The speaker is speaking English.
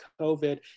COVID